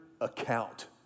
account